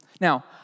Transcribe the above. Now